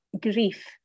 grief